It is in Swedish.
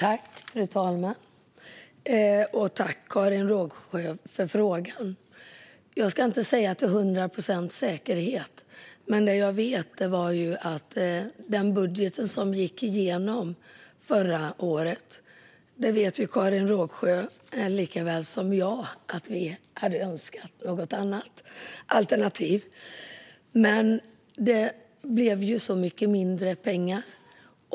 Fru talman! Tack, Karin Rågsjö, för frågan! Jag kan inte svara på frågan med hundra procents säkerhet. Men Karin Rågsjö liksom jag hade önskat något annat än den budget som gick igenom förra året. Det blev ju så mycket mindre pengar.